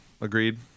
agreed